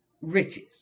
riches